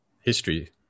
history